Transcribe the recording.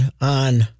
on